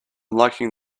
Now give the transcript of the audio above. liking